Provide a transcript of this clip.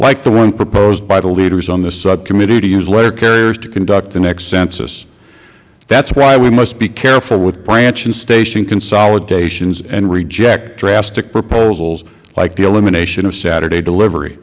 like the one proposed by the leaders on this subcommittee to use letter carriers to conduct the next census that is why we must be careful with branch and station consolidations and reject drastic proposals like the elimination of saturday delivery